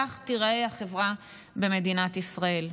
כך תיראה החברה במדינת ישראל.